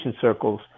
circles